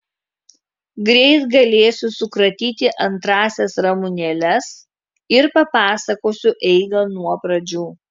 greit galėsiu sukratyti antrąsias ramunėles ir papasakosiu eigą nuo pradžių